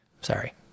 Sorry